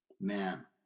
Man